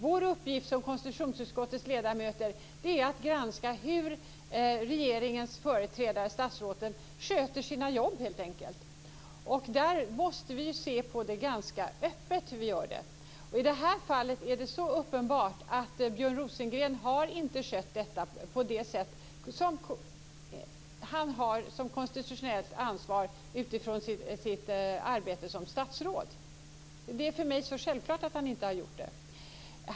Vår uppgift som konstitutionsutskottets ledamöter är att granska hur regeringens företrädare, statsråden, sköter sina jobb helt enkelt. Där måste vi se på det ganska öppet. I det här fallet är det så uppenbart att Björn Rosengren inte har skött detta enligt sitt konstitutionella ansvar som statsråd. Det är alldeles självklart för mig att han inte har gjort det.